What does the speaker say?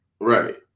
Right